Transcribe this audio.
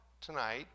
tonight